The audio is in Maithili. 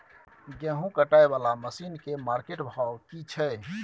गेहूं कटाई वाला मसीन के मार्केट भाव की छै?